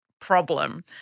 problem